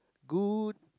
good